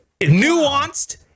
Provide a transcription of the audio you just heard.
nuanced